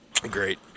Great